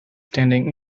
standing